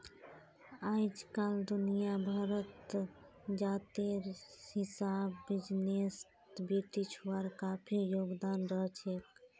अइजकाल दुनिया भरत जातेर हिसाब बिजनेसत बेटिछुआर काफी योगदान रहछेक